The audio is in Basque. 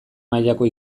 mailako